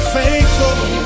faithful